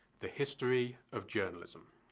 the history of journalism.